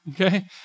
Okay